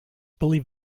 believe